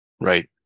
Right